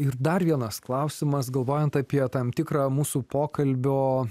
ir dar vienas klausimas galvojant apie tam tikrą mūsų pokalbio